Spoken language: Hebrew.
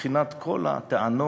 לבחינת כל הטענות,